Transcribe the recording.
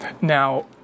now